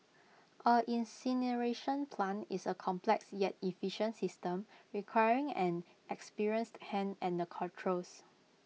an incineration plant is A complex yet efficient system requiring an experienced hand at the controls